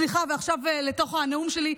סליחה, ועכשיו לתוך הנאום שלי.